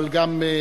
אבל גם,